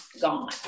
gone